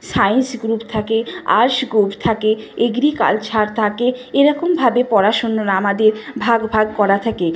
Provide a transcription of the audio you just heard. science group থাকে arts group থাকে agriculture থাকে এরকমভাবে পড়াশুনোর আমাদের ভাগ ভাগ করা থাকে